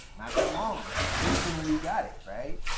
not that long. instantly we got it, right.